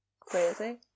crazy